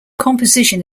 composition